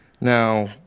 Now